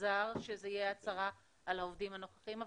זר שזה יהיה הצהרה על העובדים הנוכחים.